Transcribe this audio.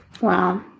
Wow